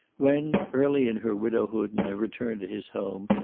when, early in her widowhood and her return to his home,